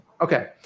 Okay